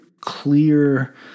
clear